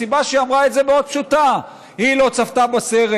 הסיבה שהיא אמרה את זה מאוד פשוטה: היא לא צפתה בסרט,